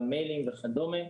גם מיילים וכדומה,